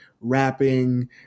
rapping